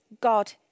God